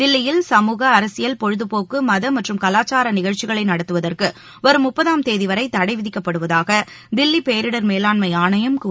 தில்லியில் சமூக அரசியல் பொழுதபோக்கு மத மற்றும் கலாச்சார நிகழ்ச்சிகளை நடத்துவதற்கு வரும் முப்பதாம் தேதி வரை தடை விதிக்கப்படுவதாக தில்லி பேரிடர் மேலாண்ஸம ஆணையம் கூறியுள்ளது